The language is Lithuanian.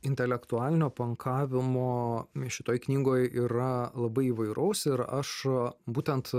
intelektualinio pankavimo šitoj knygoj yra labai įvairaus ir aš būtent